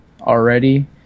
already